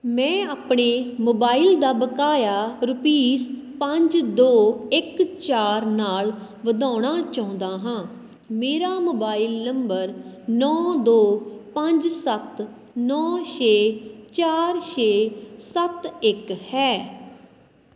ਮੈਂ ਆਪਣੇ ਮੋਬਾਈਲ ਦਾ ਬਕਾਇਆ ਰੁਪਈਸ ਪੰਜ ਦੋ ਇੱਕ ਚਾਰ ਨਾਲ ਵਧਾਉਣਾ ਚਾਹੁੰਦਾ ਹਾਂ ਮੇਰਾ ਮੋਬਾਈਲ ਨੰਬਰ ਨੌਂ ਦੋ ਪੰਜ ਸੱਤ ਨੌਂ ਛੇ ਚਾਰ ਛੇ ਸੱਤ ਇੱਕ ਹੈ